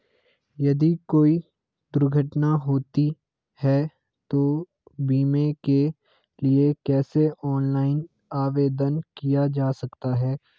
यदि कोई दुर्घटना होती है तो बीमे के लिए कैसे ऑनलाइन आवेदन किया जा सकता है?